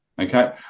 Okay